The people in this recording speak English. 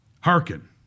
hearken